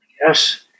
yes